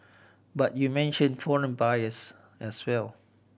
but you mentioned foreign buyers as well